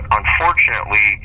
unfortunately